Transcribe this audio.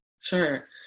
Sure